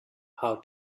how